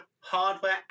hardware